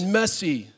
messy